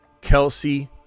Kelsey